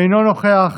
אינו נוכח.